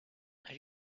are